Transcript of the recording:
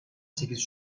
sekiz